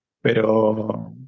pero